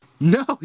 No